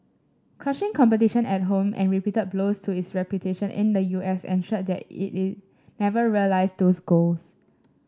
crushing competition at home and repeated blows to its reputation in the U S ensured that it never realised those goals